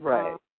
Right